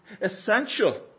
essential